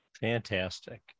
Fantastic